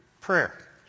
prayer